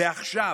ועכשיו,